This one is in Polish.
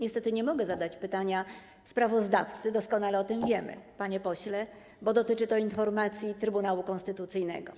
Niestety nie mogę zadać pytania sprawozdawcy, doskonale o tym wiemy, panie pośle, bo dotyczy to informacji Trybunału Konstytucyjnego.